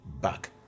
back